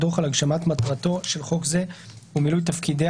דוח על הגשמת מטרתו של חוק זה ומילוי תפקידיה